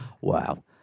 wow